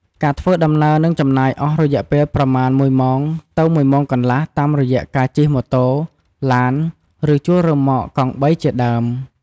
ការធ្វើដំណើរនឹងចំណាយអស់រយះពេលប្រមាណ ១ ម៉ោង ទៅ ១ ម៉ោងកន្លះតាមរយះកាជិះម៉ូតូ ឡាន ឬជួលរ៉ឺម៉កកង់បីជាដើម ។